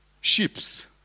ships